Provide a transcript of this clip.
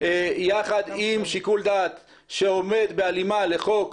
יחד עם שיקול דעת שעומד בהלימה לחוק